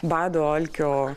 bado alkio